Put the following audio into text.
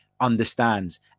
Understands